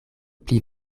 pli